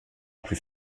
plus